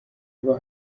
kuba